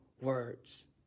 words